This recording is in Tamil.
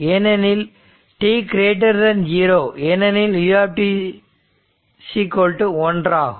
ஏனெனில் t0 ஏனெனில் u 1 ஆகும்